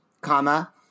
comma